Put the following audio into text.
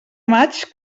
maig